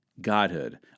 godhood